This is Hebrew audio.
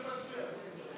לך תצביע.